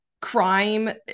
crime